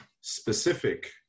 specific